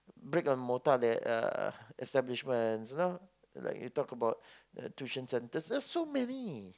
brick and mortar la~ uh establishment you know like you talk about uh tuition centers there's so many